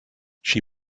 she